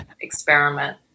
experiment